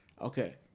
Okay